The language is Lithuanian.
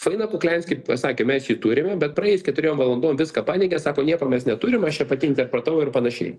faina kuklianski sakė mes jį turime bet praėjus keturiom valandom viską paneigė sako nieko mes neturim aš čia pati interpretavau ir panašiai